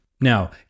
Now